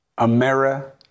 America